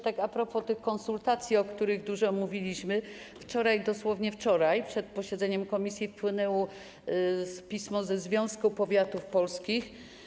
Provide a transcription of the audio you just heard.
Tak a propos tych konsultacji, o których dużo mówiliśmy, dosłownie wczoraj, przed posiedzeniem komisji, wpłynęło pismo Związku Powiatów Polskich.